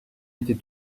était